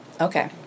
Okay